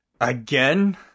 Again